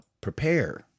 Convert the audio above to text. prepare